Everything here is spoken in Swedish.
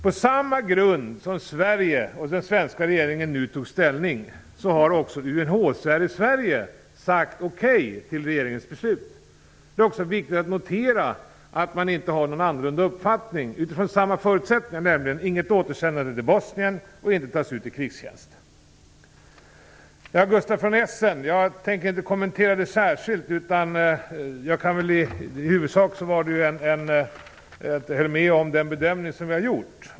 På samma grund som Sverige och den svenska regeringen nu tog ställning har också UNHCR i Sverige sagt okej till regeringens beslut. Det är viktigt att man inte har någon annan uppfattning. Förutsättningarna är desamma - inget återsändande till Bosnien och inget uttagande till krigstjänst. Det Gustaf von Essen sade tänker jag inte kommentera särskilt. I huvudsak höll han med om den bedömning vi har gjort.